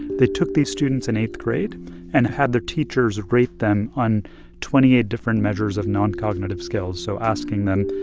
they took these students in eighth grade and had their teachers rate them on twenty eight different measures of noncognitive skills so asking them,